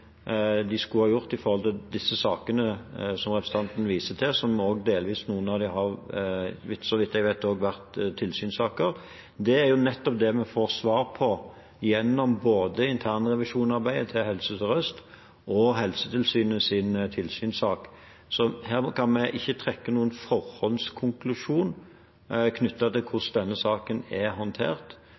de skulle ha gjort i disse sakene som representanten viser til – noen av dem har, så vidt jeg vet, også vært tilsynssaker. Det er jo nettopp det vi får svar på gjennom både internrevisjonsarbeidet til Helse Sør-Øst og Helsetilsynets tilsynssak, så her kan vi ikke trekke noen forhåndskonklusjon knyttet til hvordan denne saken er håndtert,